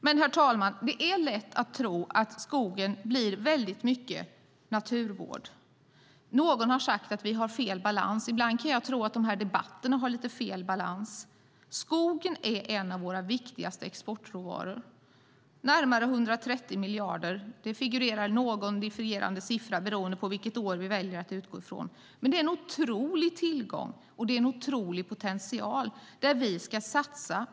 Men, herr talman, det är lätt att tro att det när det gäller skogen blir väldigt mycket naturvård. Någon har sagt att vi har fel balans. Ibland kan jag tro att de här debatterna har lite fel balans. Skogen är en av våra viktigaste exportråvaror. Det handlar om närmare 130 miljarder. Det figurerar någon divergerande siffra, beroende på vilket år vi väljer att utgå från. Men det är en otrolig tillgång, och det är en otrolig potential. Där ska vi satsa.